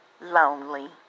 Lonely